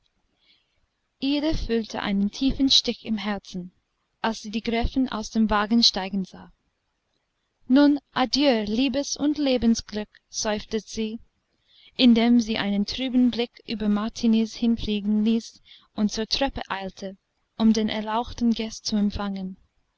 ida fühlte einen tiefen stich im herzen als sie die gräfin aus dem wagen steigen sah nun adieu liebes und lebensglück seufzte sie indem sie einen trüben blick über martiniz hinfliegen ließ und zur treppe eilte um den erlauchten gast zu empfangen